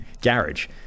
garage